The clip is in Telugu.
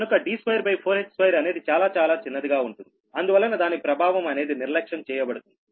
కనుక D24h2అనేది చాలా చాలా చిన్నదిగా ఉంటుంది అందువలన దాని ప్రభావం అనేది నిర్లక్ష్యం చేయబడుతుంది